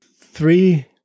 Three